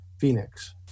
Phoenix